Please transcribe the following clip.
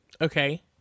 Okay